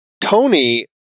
Tony